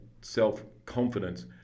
self-confidence